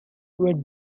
with